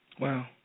Wow